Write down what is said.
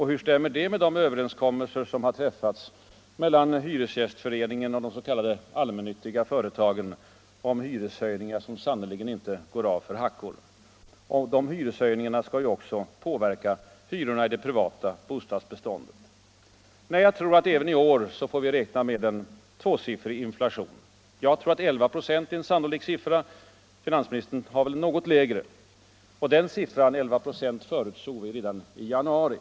Hur stämmer det med de överenskommelser som har träffats bl.a. mellan Hyresgästföreningen och de s.k. allmännyttiga företagen om hyreshöjningar, som sannerligen inte går av för hackor? Och dessa hyreshöjningar skall ju också påverka hyrorna i det privata bostadsbeståndet. Jag tror att vi även i år får räkna med en tvåsiffrig inflation. Jag tror att 11 94 är en sannolik bedömning medan finansministerns väl är något lägre. Den inflationstakten förutsåg vi redan i januari.